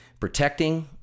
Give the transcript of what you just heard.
protecting